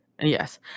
Yes